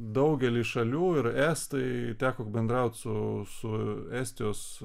daugely šalių ir estai teko bendraut su su estijos